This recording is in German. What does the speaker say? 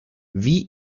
wie